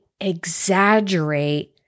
Exaggerate